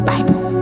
Bible